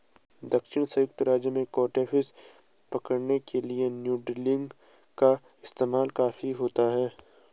दक्षिणी संयुक्त राज्य में कैटफिश पकड़ने के लिए नूडलिंग का इस्तेमाल काफी होता है